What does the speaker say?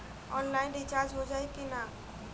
Online mobile recharge हो जाई की ना हो?